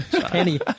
Penny